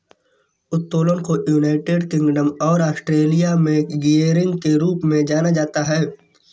उत्तोलन को United Kingdom और ऑस्ट्रेलिया में गियरिंग के रूप में जाना जाता है